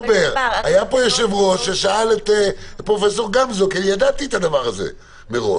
היה כאן יושב ראש ששאל את פרופסור גמזו כי ידעתי את הדבר הזה מראש.